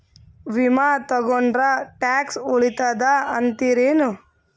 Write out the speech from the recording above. ವಿಮಾ ತೊಗೊಂಡ್ರ ಟ್ಯಾಕ್ಸ ಉಳಿತದ ಅಂತಿರೇನು?